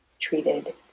treated